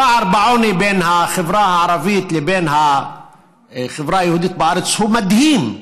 הפער בעוני בין החברה הערבית לבין החברה היהודית בארץ הוא מדהים.